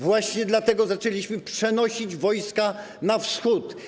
Właśnie dlatego zaczęliśmy przenosić wojska na wschód.